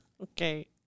Okay